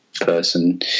person